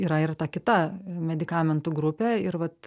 yra ir ta kita medikamentų grupė ir vat